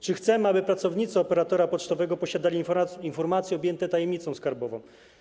Czy chcemy, aby pracownicy operatora pocztowego posiadali informacje objęte tajemnicą skarbową?